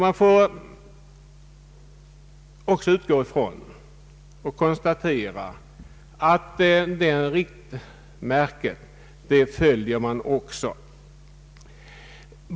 Vi måste konstatera att man följer det riktmärket.